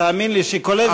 תאמין לי שכל הזמן,